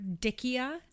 Dickia